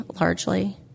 largely